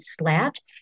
slapped